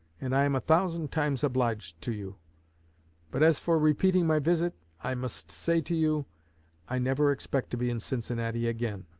and i am a thousand times obliged to you but as for repeating my visit, i must say to you i never expect to be in cincinnati again.